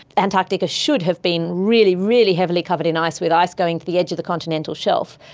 antarctica should have been really, really heavily covered in ice, with ice going to the edge of the continental shelf.